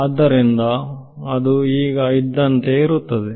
ಆದ್ದರಿಂದ ಅದು ಈಗ ಇದ್ದಂತೆಯೇ ಇರುತ್ತದೆ